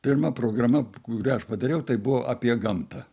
pirma programa kurią aš padariau tai buvo apie gamtą